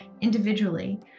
individually